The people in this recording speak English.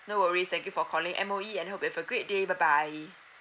no worries thank you for calling M_O_E and hope you have a great day bye bye